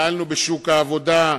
פעלנו בשוק העבודה,